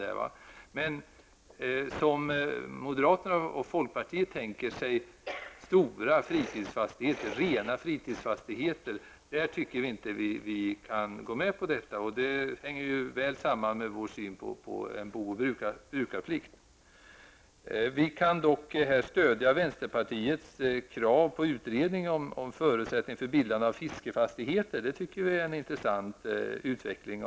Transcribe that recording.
Men vi kan inte gå med på moderaternas och folkpartiets tankar på stora fritidsfastigheter som bara används just som fritidsfastigheter. Detta hänger väl samman med vår syn på en bo och brukarplikt. Vi kan dock stödja vänsterpartiets krav på en utredning om förutsättningarna för bildande av fiskefastigheter. Det tycker vi är en intressant utveckling.